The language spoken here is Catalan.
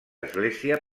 església